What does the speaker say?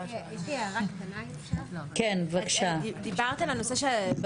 יש לי הערה קטנה, אם אפשר.